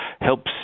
helps